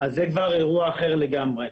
אז זה כבר אירוע אחר לגמרי.